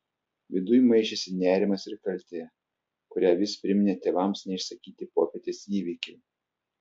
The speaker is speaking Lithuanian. viduj maišėsi nerimas ir kaltė kurią vis priminė tėvams neišsakyti popietės įvykiai